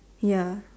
ya